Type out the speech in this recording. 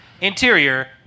interior